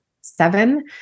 seven